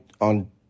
on